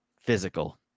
physical